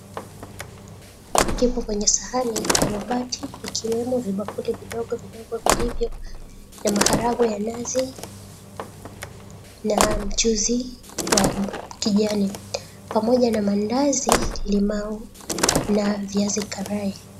Zipo kwenye sahani ya mabati vikiwemo vibakuli vidogo vidogo vilivyo na maharagwe ya nazi na mchuzi wa kijani pamoja na maandazi, limau na viazi karai.